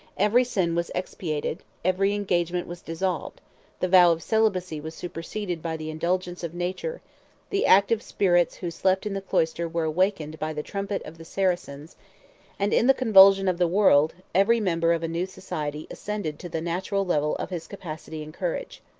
every sin was expiated, every engagement was dissolved the vow of celibacy was superseded by the indulgence of nature the active spirits who slept in the cloister were awakened by the trumpet of the saracens and in the convulsion of the world, every member of a new society ascended to the natural level of his capacity and courage.